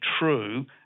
true